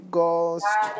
Ghost